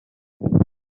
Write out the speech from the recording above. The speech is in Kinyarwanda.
umugabo